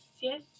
yes